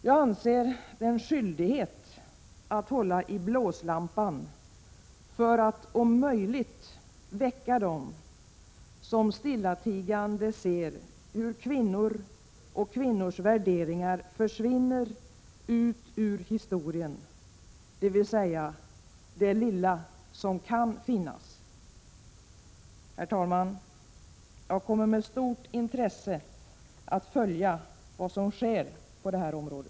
Jag anser att det är en skyldighet att hålla i blåslampan för att om möjligt väcka dem som stillatigande ser hur kvinnor och kvinnors värderingar försvinner ut ur historien, dvs. det lilla som kan finnas. Herr talman! Jag kommer med stort intresse att följa vad som sker på detta område.